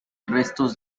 restos